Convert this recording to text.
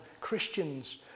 christians